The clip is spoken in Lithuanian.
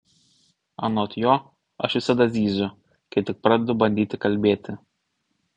anot jo aš visada zyziu kai tik pradedu bandyti kalbėti